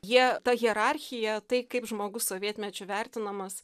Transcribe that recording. jie ta hierarchija tai kaip žmogus sovietmečiu vertinamas